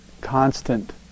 constant